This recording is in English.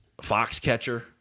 Foxcatcher